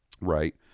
Right